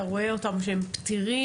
אתה רואה אותם שהם פתירים?